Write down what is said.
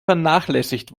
vernachlässigt